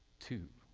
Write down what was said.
two,